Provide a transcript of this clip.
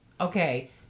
okay